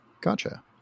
Gotcha